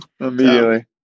immediately